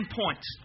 points